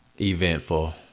Eventful